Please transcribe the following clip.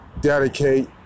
dedicate